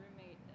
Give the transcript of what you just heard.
roommate